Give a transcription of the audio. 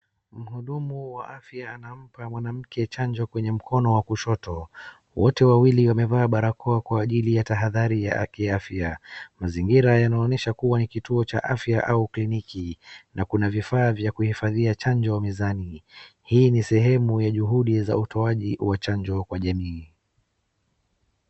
Mhudumu wa afya anampa mwanamke chanjo kwenye mkono wa kushoto. Wote wawili wamevaa barakoa kwa ajili ya tahadhari ya kia afya. Mazingira yanaonesha kuwa ni kituo cha afya au kliniki na kuna vifaa vya kuhifadhia chanjo mezani. Hii ni sehemu ya juhudi za utoaji wa chanjo kwa jamii.